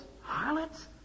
harlots